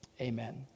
Amen